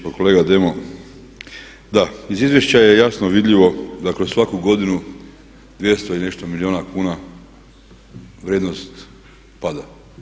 Pa kolega Demo, da, iz izvješća je jasno vidljivo dakle svaku godinu 200 i nešto milijuna kuna vrijednost pada.